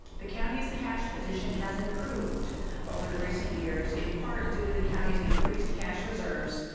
the county's cash position has improved over the recent years, in part due to the county's increased cash reserves,